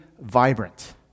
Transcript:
vibrant